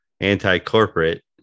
anti-corporate